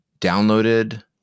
downloaded